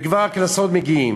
וכבר הקנסות מגיעים.